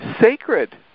sacred